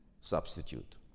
substitute